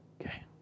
Okay